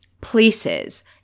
places